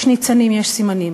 יש ניצנים, יש סימנים.